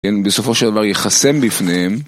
בסופו של דבר ייחסם בפניהם